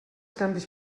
canvis